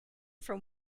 from